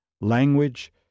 language